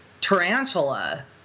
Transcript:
tarantula